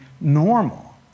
normal